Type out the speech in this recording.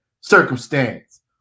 circumstance